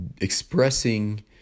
expressing